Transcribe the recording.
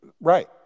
right